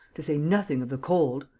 to say nothing of the cold.